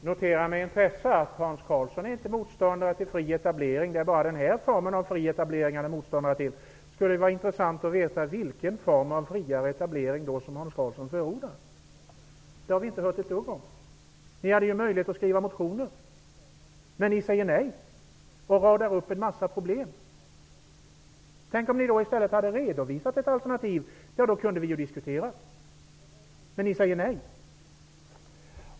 Herr talman! Jag noterar med intresse att Hans Karlsson inte är motståndare till fri etablering. Det är bara den här formen av fri etablering han är motståndare till. Det skulle vara intressant att veta vilken form av fri etablering som Hans Karlsson förordar. Det har vi inte hört ett dugg om. Ni hade ju möjlighet att skriva motioner. Ni säger nej och radar upp en massa problem. Tänk om ni i stället hade redovisat ett alternativ! Då hade vi kunnat diskutera, men ni säger nej.